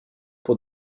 pour